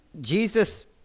Jesus